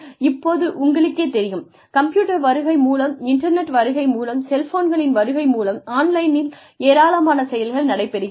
இப்போது உங்களுக்கேத் தெரியும் கம்ப்யூட்டர் வருகை மூலம் இன்டர்நெட் வருகை மூலம் செல்ஃபோன்களின் வருகை மூலம் ஆன்லைனில் ஏராளமான செயல்கள் நடைபெறுகிறது